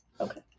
okay